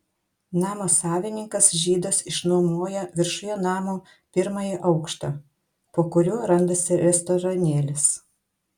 namo savininkas žydas išnuomoja viršuje namo pirmąjį aukštą po kuriuo randasi restoranėlis